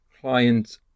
client